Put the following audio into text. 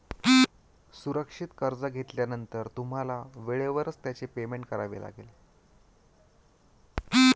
सुरक्षित कर्ज घेतल्यानंतर तुम्हाला वेळेवरच त्याचे पेमेंट करावे लागेल